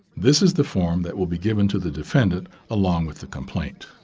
this is the form that will be given to the defendant along with the complaint.